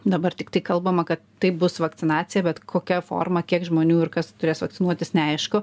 dabar tiktai kalbama kad taip bus vakcinacija bet kokia forma kiek žmonių ir kas turės vakcinuotis neaišku